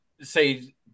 say